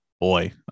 boy